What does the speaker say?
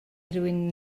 rywun